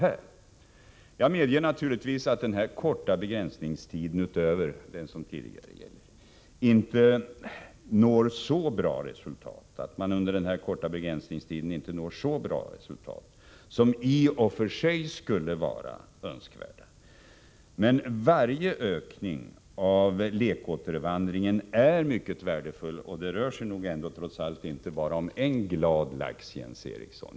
Om fredningstiden Jag medger naturligtvis att man under denna korta begränsningstid, utöver förlax den som tidigare gäller, inte når så bra resultat som i och för sig skulle vara önskvärt. Men varje ökning av lekåtervandringen är mycket värdefull, och det rör sig nog trots allt inte bara om en glad lax, Jens Eriksson.